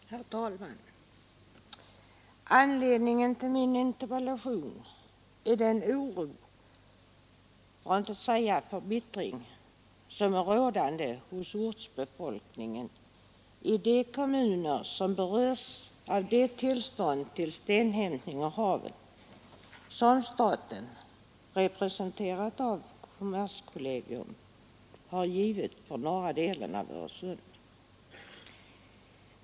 Herr talman! Anledningen till min interpellation är den oro för att inte säga förbittring som är rådande hos ortsbefolkningen i de kommuner som berörs av det tillstånd till stenhämtning ur havet som staten, representerad av kommerskollegium, har givit för områden i norra delen av Öresund.